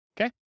Okay